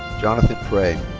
jonathan pray.